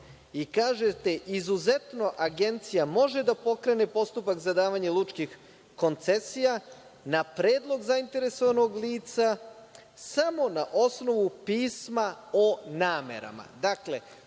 i kažete – izuzetno Agencija može da pokrene postupak za davanje lučkih koncesija na predlog zainteresovanog lica, samo na osnovu pisma o namerama.